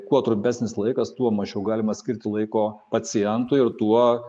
kuo trumpesnis laikas tuo mažiau galima skirti laiko pacientui ir tuo